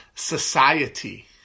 society